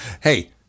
hey